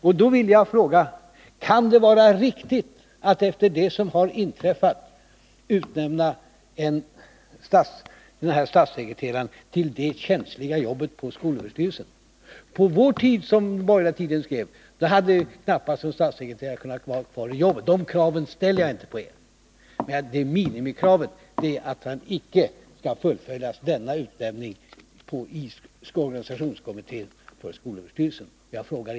Jag vill fråga: Kan det vara riktigt att efter det som har inträffat utnämna denna statssekreterare till det känsliga jobbet på skolöverstyrelsen? På vår tid — som den borgerliga tidningen skrev — hade en statssekreterare knappast kunnat vara kvar i jobbet under sådana förhållanden. De kraven ställer jag inte på er, men minimikravet är att utnämningen av statssekreteraren till ordförande i organisationskommittén för skolöverstyrelsen icke skall fullföljas.